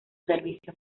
servicio